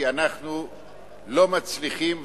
כי אנחנו לא מצליחים,